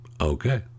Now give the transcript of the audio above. Okay